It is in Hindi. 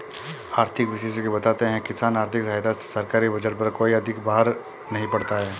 आर्थिक विशेषज्ञ बताते हैं किसान आर्थिक सहायता से सरकारी बजट पर कोई अधिक बाहर नहीं पड़ता है